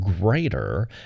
greater